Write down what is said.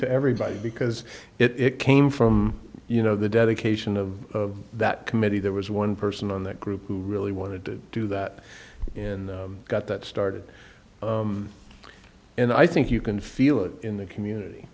to everybody because it came from you know the dedication of that committee there was one person on that group who really wanted to do that in got that started and i think you can feel it in the community